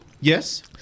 Yes